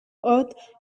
earth